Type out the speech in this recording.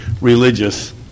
religious